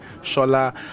Shola